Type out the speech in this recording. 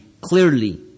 clearly